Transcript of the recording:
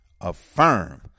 Affirm